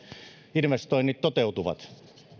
investoinnit toteutuvat